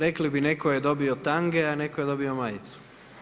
Rekli bi, netko je dobio tange, da netko je dobio majicu.